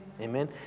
Amen